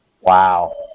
Wow